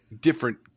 different